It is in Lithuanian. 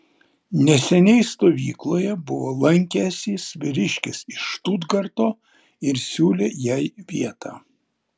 neseniai stovykloje buvo lankęsis vyriškis iš štutgarto ir siūlė jai vietą